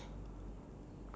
um